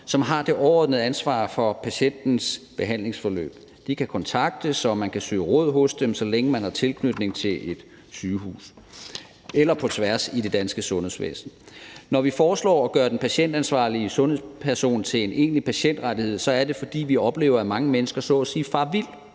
som har det overordnede ansvar for patientens behandlingsforløb. De kan kontaktes, og man kan søge råd hos dem, så længe man har tilknytning til et sygehus, eller på tværs i det danske sundhedsvæsen. Når vi foreslår at gøre den patientansvarlige sundhedsperson til en egentlig patientrettighed, er det, fordi vi oplever, at mange mennesker så at sige farer vild